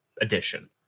edition